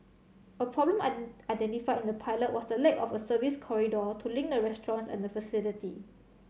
a problem identified in the pilot was the lack of a service corridor to link the restaurants and the facility